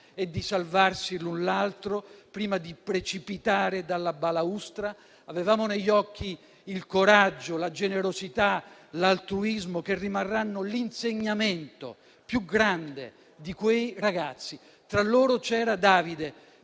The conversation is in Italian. e di salvarsi l'un l'altro prima di precipitare dalla balaustra. Avevamo negli occhi il coraggio, la generosità, l'altruismo, che rimarranno l'insegnamento più grande di quei ragazzi. Tra loro c'era Davide,